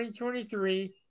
2023